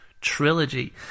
Trilogy